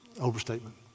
overstatement